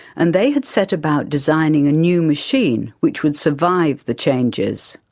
and they had set about designing a new machine which would survive the changes.